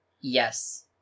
Yes